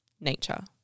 nature